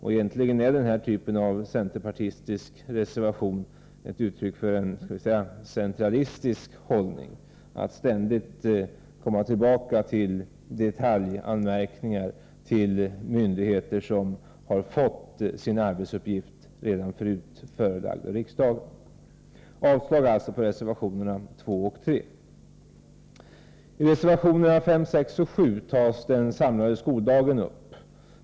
Denna typ av centerpartistisk reservation är egentligen ett uttryck för en centralistisk hållning — att ständigt komma tillbaka med detaljanmärkningar till myndigheter som redan förut har fått sig en arbetsuppgift förelagd av riksdagen. Jag yrkar alltså avslag på reservationerna 2 och 3. I reservationerna 5, 6 och 7 tas den samlade skoldagen upp.